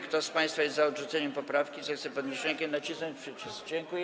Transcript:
Kto z państwa jest za odrzuceniem poprawki, zechce podnieść rękę i nacisnąć przycisk.